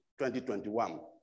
2021